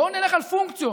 בואו נלך על פונקציות.